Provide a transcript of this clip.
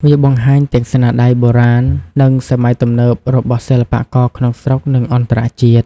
វាបង្ហាញទាំងស្នាដៃបុរាណ និងសម័យទំនើបរបស់សិល្បករក្នុងស្រុក និងអន្តរជាតិ។